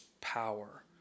power